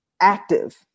active